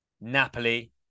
Napoli